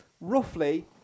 Roughly